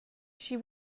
she